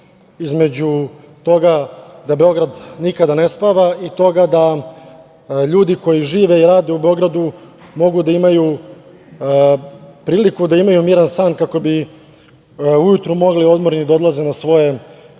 između toga da Beograd nikada ne spava i toga da ljudi koji žive i rade u Beogradu mogu da imaju priliku da imaju miran san kako bi ujutru mogli odmorni da odlaze na svoje